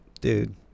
Dude